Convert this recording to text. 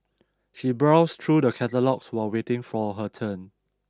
she browsed through the catalogues while waiting for her turn